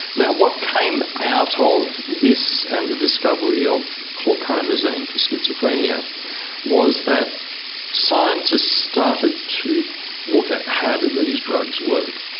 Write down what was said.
now, what came out ah of this and the discovery of chlorpromazine for schizophrenia was that scientists started to look at how do these drugs work.